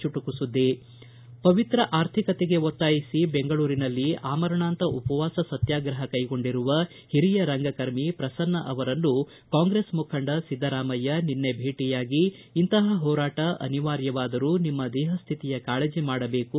ಚುಟುಕು ಸುದ್ದಿ ಪವಿತ್ರ ಆರ್ಥಿಕತೆಗೆ ಒತ್ತಾಯಿಸಿ ಬೆಂಗಳೂರಿನಲ್ಲಿ ಆಮರಣಾಂತ ಉಪವಾಸ ಸತ್ತಾಗ್ರಹ ಕೈಗೊಂಡಿರುವ ಹಿರಿಯ ರಂಗಕರ್ಮಿ ಪ್ರಸನ್ನ ಅವರನ್ನು ಕಾಂಗ್ರೆಸ್ ಮುಖಂಡ ಸಿದ್ದರಾಮಯ್ಯ ನಿನ್ನೆ ಭೇಟಿಯಾಗಿ ಇಂತಹ ಹೋರಾಟ ಅನಿವಾರ್ಯವಾದರೂ ನಿಮ್ಮ ದೇಹ ಸ್ಥಿತಿಯ ಕಾಳಜಿ ಮಾಡಬೇಕು